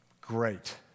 Great